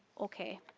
ok.